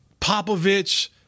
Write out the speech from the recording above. Popovich